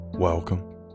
Welcome